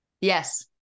Yes